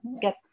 get